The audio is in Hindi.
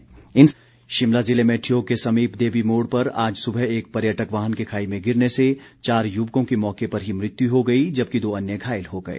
दुर्घटना शिमला जिले में ठियोग के समीप देवी मोड़ पर आज सुबह एक पर्यटक वाहन के खाई में गिरने से चार युवकों की मौके पर ही मृत्यु हो गई जबकि दो अन्य घायल हो गए